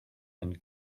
and